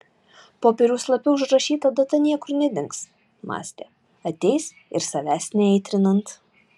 popieriaus lape užrašyta data niekur nedings mąstė ateis ir savęs neaitrinant